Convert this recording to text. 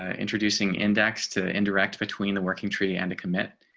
ah introducing index to interact between the working tree and to commit.